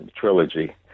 trilogy